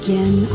Again